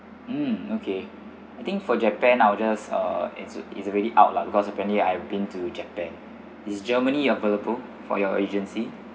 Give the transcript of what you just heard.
mm okay I think for japan I will just uh its its already out lah because apparently I've been to japan is germany available for your agency